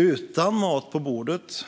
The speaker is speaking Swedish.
Utan mat på bordet